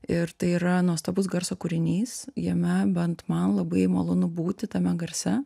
ir tai yra nuostabus garso kūrinys jame bent man labai malonu būti tame garse